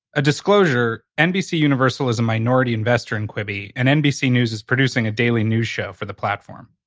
a disclosure. nbc universal is a minority investor in quibi, and nbc news is producing a daily news show for the platform.